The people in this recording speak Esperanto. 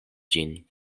ĝin